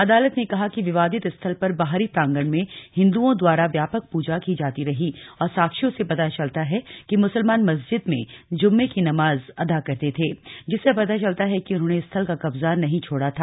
अदालत ने कहा कि विवादित स्थल पर बाहरी प्रांगण में हिन्दुओं द्वारा व्यापक पूजा की जाती रही और साक्ष्यों से पता चलता है कि मुसलमान मस्जिद में जुम्मे की नमाज अदा करते थे जिससे पता चलता है कि उन्होंने स्थल का कब्जा नहीं छोड़ा था